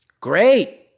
Great